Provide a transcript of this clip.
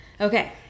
Okay